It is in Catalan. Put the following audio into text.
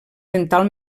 dental